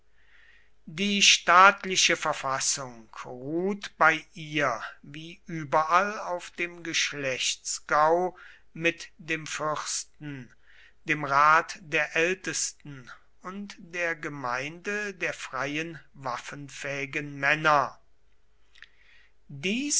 die staatliche verfassung ruht bei ihr wie überall auf dem geschlechtsgau mit dem fürsten dem rat der ältesten und der gemeinde der freien waffenfähigen männer dies